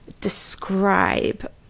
describe